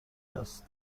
است